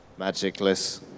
magicless